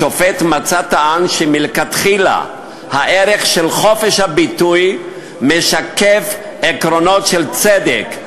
השופט מצא טען שמלכתחילה הערך של חופש הביטוי משקף עקרונות של צדק,